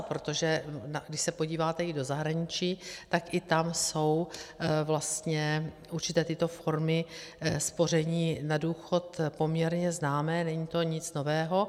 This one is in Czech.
Protože když se podíváte i do zahraničí, tak i tam jsou vlastně určité tyto formy spoření na důchod poměrně známé, není to nic nového.